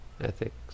ethics